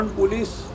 police